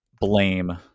blame